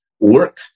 work